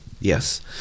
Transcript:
yes